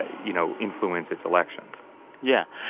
you know, influence its elections yeah.